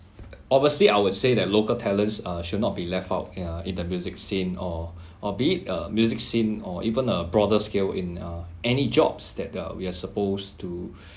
obviously I would say that local talents uh should not be left out yeah in the music scene or be it a music scene or even a broader scale in uh any jobs that uh we're supposed to